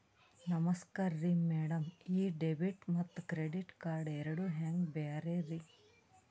ನಮಸ್ಕಾರ್ರಿ ಮ್ಯಾಡಂ ಈ ಡೆಬಿಟ ಮತ್ತ ಕ್ರೆಡಿಟ್ ಕಾರ್ಡ್ ಎರಡೂ ಹೆಂಗ ಬ್ಯಾರೆ ರಿ?